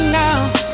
now